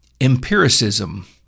empiricism